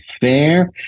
fair